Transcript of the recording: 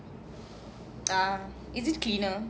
ah is it cleaner